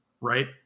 right